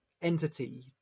entity